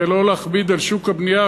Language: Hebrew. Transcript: ולא להכביד על שוק הבנייה,